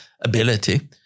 ability